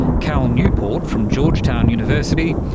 cal newport from georgetown university,